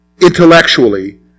intellectually